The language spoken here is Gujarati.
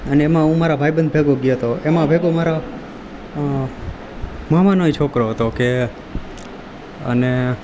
અને એમાં હું મારા ભાઈબંધ ભેગો ગયો હતો એમાં ભેગો મારા મામાનો ય છોકરો હતો કે અને